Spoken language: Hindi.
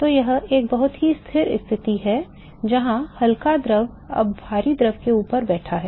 तो यह एक बहुत ही स्थिर स्थिति है जहाँ हल्का द्रव अब भारी द्रव के ऊपर बैठा है